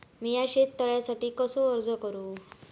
मीया शेत तळ्यासाठी कसो अर्ज करू?